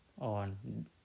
on